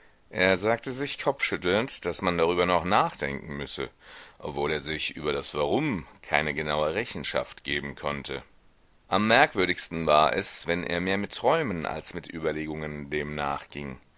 er sagte sich kopfschüttelnd daß man darüber noch nachdenken müsse obwohl er sich über das warum keine genaue rechenschaft geben konnte am merkwürdigsten war es wenn er mehr mit träumen als mit überlegungen dem nachging